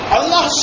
Allah